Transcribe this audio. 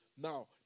Now